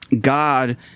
God